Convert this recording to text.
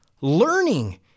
learning